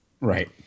Right